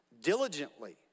Diligently